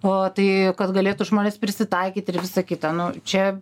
o tai kad galėtų žmonės prisitaikyt ir visa kita nu čia